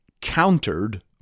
Countered